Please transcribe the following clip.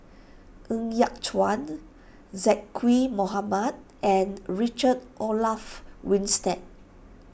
Ng Yat Chuan Zaqy Mohamad and Richard Olaf Winstedt